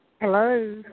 Hello